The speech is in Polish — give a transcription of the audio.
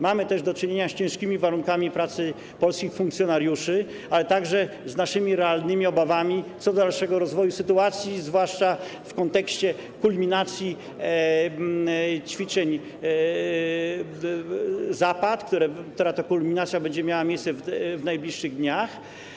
Mamy też do czynienia z ciężkimi warunkami pracy polskich funkcjonariuszy, ale także z naszymi realnymi obawami co do dalszego rozwoju sytuacji, zwłaszcza w kontekście kulminacji ćwiczeń Zapad, która to kulminacja będzie miała miejsce w najbliższych dniach.